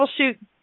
troubleshoot